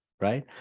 Right